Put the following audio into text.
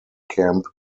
camp